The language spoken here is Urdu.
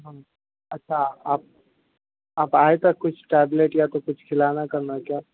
ہم اچھا آپ آپ آئے تو کچھ ٹیبلیٹ یا تو کچھ کھلانا کرنا کیا